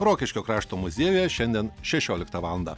rokiškio krašto muziejuje šiandien šešioliktą valandą